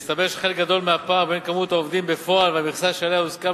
מסתבר שחלק גדול מהפער בין מספר העובדים בפועל והמכסה שעליה הוסכם